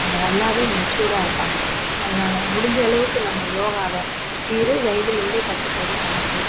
அவங்க நல்லா மெச்சூராக இருப்பாங்க அதனால முடிஞ்சளவுக்கு நம்ம யோகாவை சிறு வயதுலேருந்து கற்றுக்கறது நமக்கு